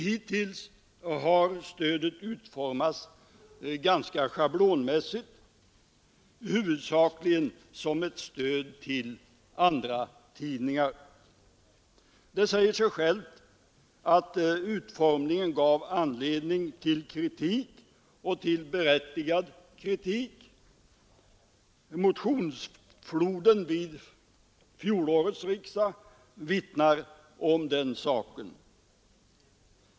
Hittills har stödet utformats ganska schablonmässigt, huvudsakligen som ett stöd till andratidningar. Det säger sig självt att utformningen gav anledning till kritik, och till berättigad kritik. Motionsfloden vid fjolårets riksdag vittnar om den saken.